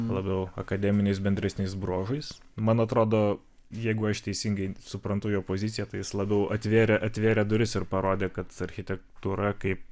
labiau akademiniais bendresniais bruožais man atrodo jeigu aš teisingai suprantu jo poziciją tai jis labiau atvėrė atvėrė duris ir parodė kad architektūra kaip